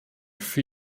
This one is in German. für